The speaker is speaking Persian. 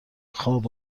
خواب